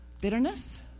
bitterness